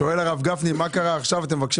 שואל הרב גפני מה קרה שאתם מבקשים